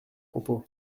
propos